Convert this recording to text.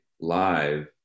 live